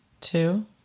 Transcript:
two